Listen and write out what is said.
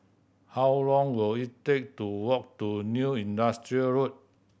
how long will it take to walk to New Industrial Road